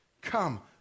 Come